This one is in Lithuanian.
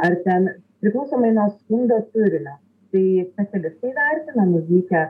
ar ten priklausomai nuo skundo turinio tai specialistai vertina nuvykę